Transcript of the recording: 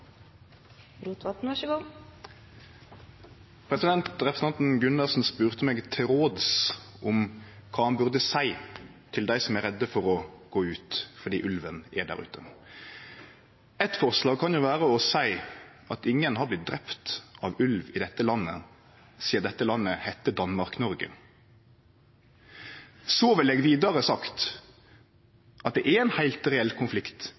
Representanten Gundersen spurde meg til råds om kva han burde seie til dei som er redde for å gå ut fordi ulven er der ute. Eit forslag kan jo vere å seie at ingen har vorte drepne av ulv i dette landet sidan det heitte Danmark-Noreg. Så ville eg vidare